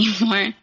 anymore